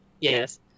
yes